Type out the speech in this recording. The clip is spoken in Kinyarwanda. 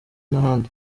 n’ahandi